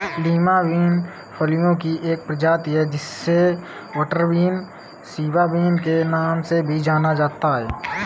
Lima bean फलियों की एक प्रजाति है जिसे बटरबीन, सिवा बिन के नाम से भी जाना जाता है